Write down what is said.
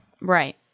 Right